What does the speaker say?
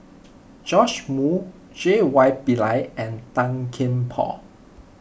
Joash Moo J Y Pillay and Tan Kian Por